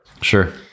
Sure